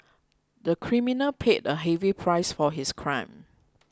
the criminal paid a heavy price for his crime